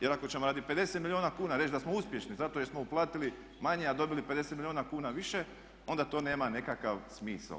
Jer ako ćemo radi 50 milijuna kuna reći da smo uspješni zato jer smo uplatili manje a dobili 50 milijuna kuna više onda to nema nekakav smisao.